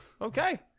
Okay